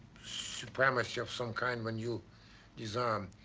supremacy of some kind when you disarm.